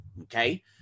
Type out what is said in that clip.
okay